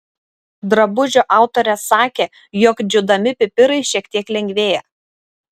drabužio autorės sakė jog džiūdami pipirai šiek tiek lengvėja